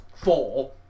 four